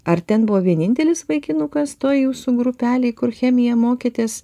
ar ten buvo vienintelis vaikinukas toj jūsų grupelėj kur chemiją mokėtės